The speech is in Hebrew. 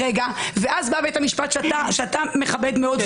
ואז בא בית המשפט ששנינו מכבדים מאוד,